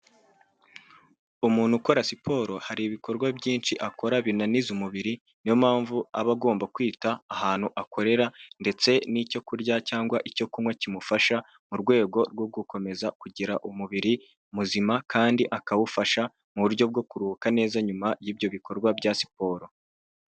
Umuntu ukora siporo hari ibikorwa byinshi akora binaniza umubiri ni yo mpamvu aba agomba kwita ahantu akorera ndetse n'icyo kurya cyangwa icyo kunywa kimufasha, mu rwego rwo gukomeza kugira umubiri muzima kandi akawufasha mu buryo bwo kuruhuka neza nyuma y'ibyo bikorwa bya siporo.